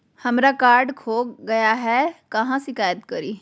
हमरा कार्ड खो गई है, कहाँ शिकायत करी?